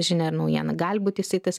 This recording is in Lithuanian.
žinią ar naujieną gali būt jisai tas